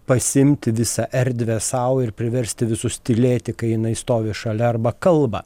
pasiimti visą erdvę sau ir priversti visus tylėti kai jinai stovi šalia arba kalba